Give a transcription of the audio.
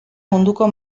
munduko